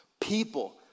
people